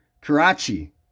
Karachi